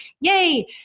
Yay